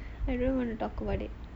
I don't want to talk about it